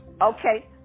Okay